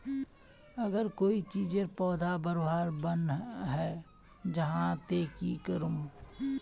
अगर कोई चीजेर पौधा बढ़वार बन है जहा ते की करूम?